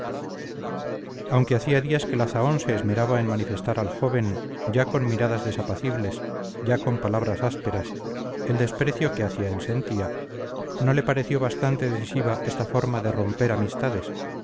aunque hacía días que la zahón se esmeraba en manifestar al joven ya con miradas desapacibles ya con palabras ásperas el desprecio que hacia él sentía no le pareció bastante decisiva esta forma de romper amistades